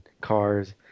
cars